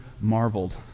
marveled